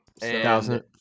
thousand